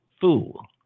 fool